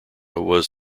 was